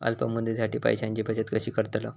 अल्प मुदतीसाठी पैशांची बचत कशी करतलव?